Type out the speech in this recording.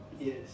Yes